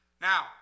Now